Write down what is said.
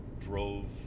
drove